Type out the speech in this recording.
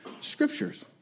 scriptures